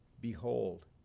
Behold